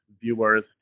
viewers